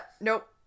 nope